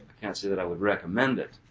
can't say that i would recommend it,